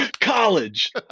College